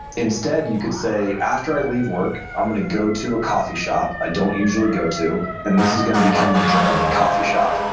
instead you could say, after i leave work, i'm going to go to a coffee shop i don't usually go to, and this is going to become the journaling coffee shop.